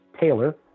Taylor